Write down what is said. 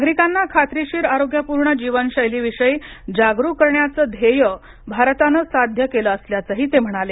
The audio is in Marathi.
नागरिकांना खात्रीशीर आरोग्यपूर्ण जीवन शैलीविषयी जागरूक करण्याचं ध्येय आरतानं साध्य केलं असल्याचंही ते म्हणाले